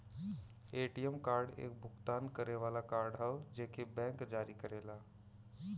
ATM card एक भुगतान करे वाला कार्ड हौ जेके बैंक जारी करेला